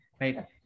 Right